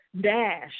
dash